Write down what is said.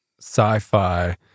sci-fi